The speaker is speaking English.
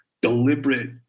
deliberate